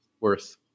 worth